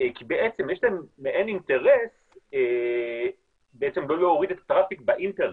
כי בעצם יש להם מעין אינטרס לא להוריד את הטראפיק באינטרנט,